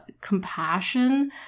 compassion